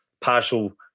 partial